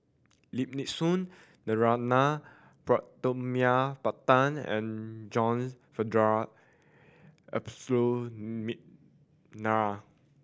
Lim Nee Soon Narana Putumaippittan and John Frederick Adolphus McNair